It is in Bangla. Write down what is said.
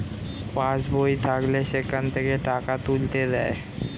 পাস্ বই থাকলে সেখান থেকে টাকা তুলতে দেয়